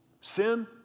Sin